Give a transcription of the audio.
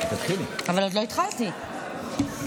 שנואמת בהפגנה ומלהיבה את קהל האנשים שהיה שם בדברים הבאים: